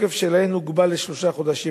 והתוקף שלהן הוגבל לשלושה חודשים.